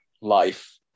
life